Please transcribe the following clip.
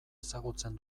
ezagutzen